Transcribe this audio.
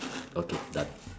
okay done